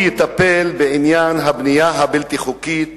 הוא יטפל בעניין הבנייה הבלתי-חוקית